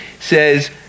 says